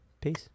peace